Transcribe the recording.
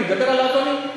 אני מדבר על אבנים.